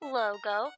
logo